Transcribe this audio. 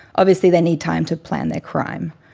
obviously they need time to plan their crime.